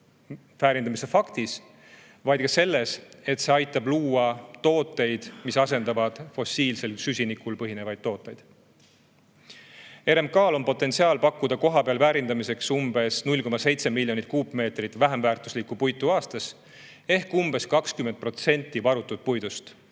väärindamise faktis, vaid ka selles, et see aitab luua tooteid, mis asendavad fossiilsel süsinikul põhinevaid tooteid. RMK‑l on potentsiaal pakkuda kohapeal väärindamiseks umbes 0,7 miljonit kuupmeetrit vähem väärtuslikku puitu aastas ehk umbes 20% varutud puidust.